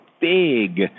big